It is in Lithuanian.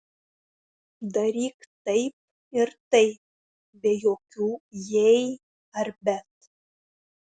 daryk taip ir taip be jokių jei ar bet